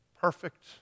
perfect